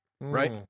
Right